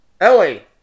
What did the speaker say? Ellie